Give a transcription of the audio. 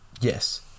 Yes